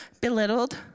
belittled